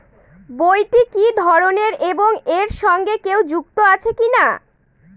বইটি কি ধরনের এবং এর সঙ্গে কেউ যুক্ত আছে কিনা?